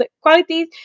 qualities